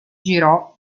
girò